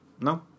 No